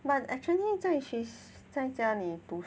but actually 在学在家里读